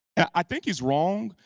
i think he's wrong.